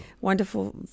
wonderful